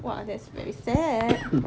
!wah! that's very sad